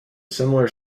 similar